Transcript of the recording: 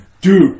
Dude